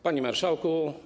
Panie Marszałku!